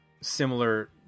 similar